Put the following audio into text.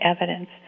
evidence